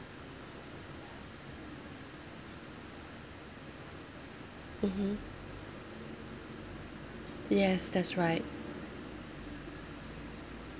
mmhmm yes that's right